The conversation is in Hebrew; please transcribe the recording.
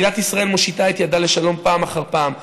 מדינת ישראל מושיטה את ידה לשלום פעם אחר פעם,